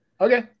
Okay